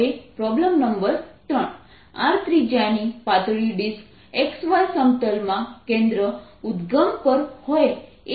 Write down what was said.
હવે problem number 3 R ત્રિજ્યાની પાતળી ડિસ્ક x y સમતલ માં કેન્દ્ર ઉદ્દગમ પર હોય એ રીતે મૂકવામાં આવી છે